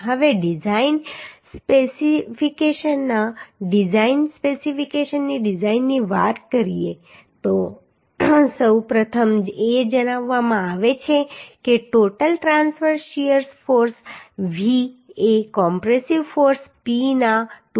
હવે ડિઝાઈન સ્પેસિફિકેશનમાં ડિઝાઈન સ્પેસિફિકેશનની ડિઝાઈનની વાત કરીએ તો સૌપ્રથમ એ જણાવવામાં આવે છે કે total transverse shear force V એ કોમ્પ્રેસિવ ફોર્સ P ના 2